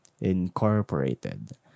Incorporated